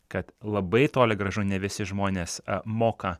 kad labai toli gražu ne visi žmonės moka